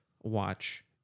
watch